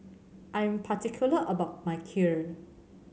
I am particular about my Kheer